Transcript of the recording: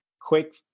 quick